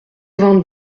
vingt